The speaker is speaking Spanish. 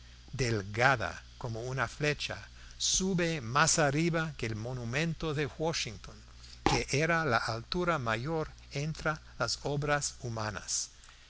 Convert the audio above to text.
delgada como una flecha sube más arriba que el monumento de washington que era la altura mayor entre las obras humanas